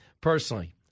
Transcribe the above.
personally